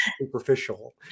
superficial